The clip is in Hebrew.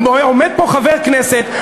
עומד פה חבר כנסת,